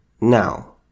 Now